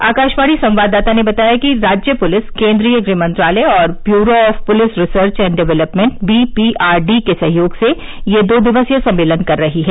आकाशवाणी संवाददाता ने बताया कि राज्य पुलिस केन्द्रीय गृहमंत्रालय और bureau of police research and development BPRD के सहयोग से यह दो दिवसीय सम्मेलन कर रही है